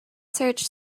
search